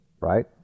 Right